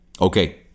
Okay